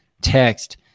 text